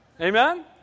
Amen